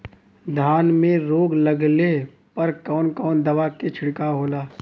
धान में रोग लगले पर कवन कवन दवा के छिड़काव होला?